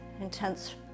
intense